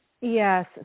Yes